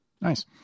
Nice